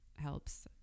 Helps